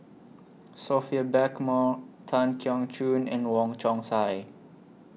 Sophia Blackmore Tan Keong Choon and Wong Chong Sai